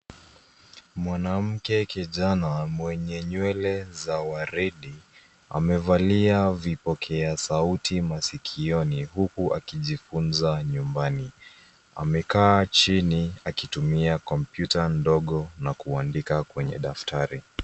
Mwanamke kijana mwenye nywele za waridi, amevalia vipokea sauti masikioni, huku akijifunza nyumbani. Amekaa chini akitumia kompyuta ndogo na kuandika kwenye daftari.